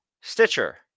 Stitcher